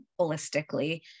holistically